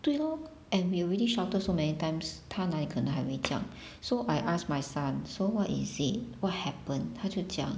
对 lor and we already shouted so many times 他哪里可能还会这样 so I asked my son so what is it what happened 他就讲